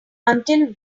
until